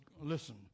listen